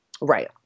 Right